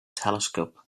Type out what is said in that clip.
telescope